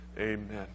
Amen